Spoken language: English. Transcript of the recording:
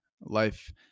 life